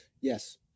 yes